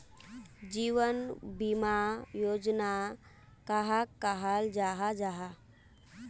जीवन बीमा योजना कहाक कहाल जाहा जाहा?